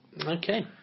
Okay